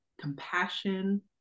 compassion